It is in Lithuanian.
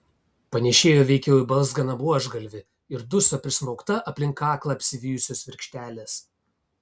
panėšėjo veikiau į balzganą buožgalvį ir duso prismaugta aplink kaklą apsivijusios virkštelės